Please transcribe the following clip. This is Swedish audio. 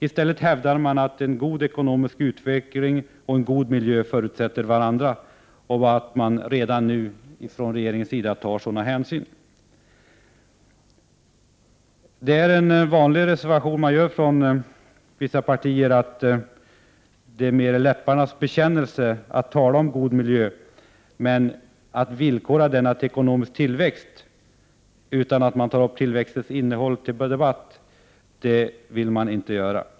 I stället hävdar regeringen att en god ekonomisk utveckling och en god miljö förutsätter varandra och att sådana hänsyn tas redan nu. Det är en vanlig reservation som vissa partier gör, när de med en läpparnas bekännelse talar om god miljö och villkorar denna till ekonomisk tillväxt men inte vill ta upp tillväxtens innehåll till debatt.